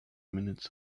minutes